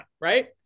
right